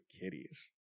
Kitties